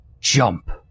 Jump